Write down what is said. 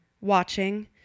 Watching